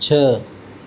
छह